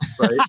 right